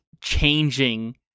changing